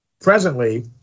Presently